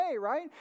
right